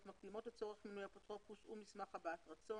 מקדימות לצורך מינוי אפוטרופוס ומסמך הבעת רצון.